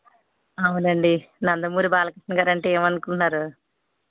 అవునండి నందమూరి బాలకృష్ణ గారంటే ఏమనుకున్నారు